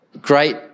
Great